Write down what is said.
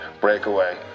breakaway